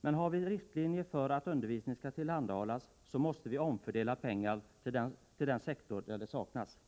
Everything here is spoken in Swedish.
Men har vi riktlinjer för att undervisning skall tillhandahållas, så måste vi omfördela pengar till den sektor där det saknas medel.